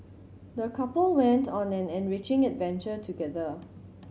the couple went on an enriching adventure together